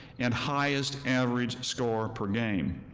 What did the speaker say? and highest average score per game.